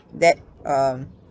that um